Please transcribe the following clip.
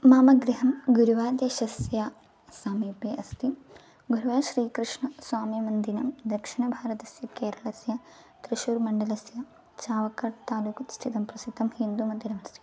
मम गृहं गुरुवादेशस्य समीपे अस्ति गुरुवाश्रीकृष्णस्वामीमन्दिरं दक्षिणभारतस्य केरलस्य त्रिशूर्मण्डलस्य चावकट् तालुकु स्थितं प्रसिद्धं हिन्दूमन्दिरमस्ति